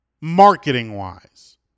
marketing-wise